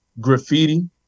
graffiti